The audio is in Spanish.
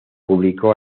publicó